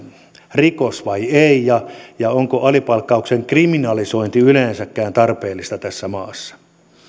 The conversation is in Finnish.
rikos vai ei ja ja onko alipalkkauksen kriminalisointi yleensäkään tarpeellista tässä maassa